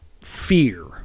fear